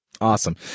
Awesome